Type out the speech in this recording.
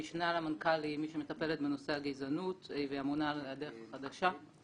המשנה למנכ"ל היא מי שמטפלת בנושא הגזענות והיא אמונה על "הדרך החדשה".